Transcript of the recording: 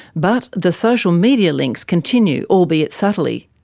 but the social media links continue, albeit subtly.